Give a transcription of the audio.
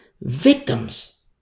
victims